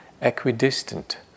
equidistant